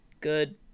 good